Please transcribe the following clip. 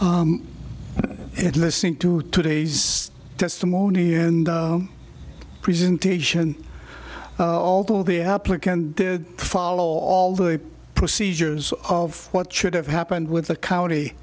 it listening to today's testimony and presentation although the applicant did follow all the procedures of what should have happened with the county